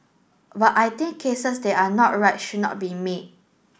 but I think cases that are not right should not be made